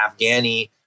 Afghani